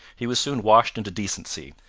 he was soon washed into decency,